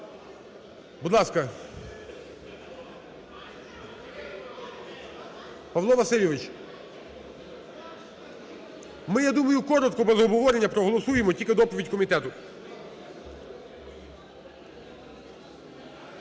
Будь ласка. Павло Васильович, ми, я думаю, коротко без обговорення проголосуємо – тільки доповідь комітету.